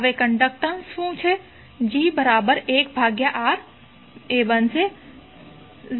હવે કન્ડકટન્સ શું હશે